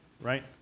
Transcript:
right